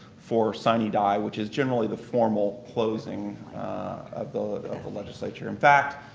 for sine die, which is generally the formal closing of the legislature. in fact,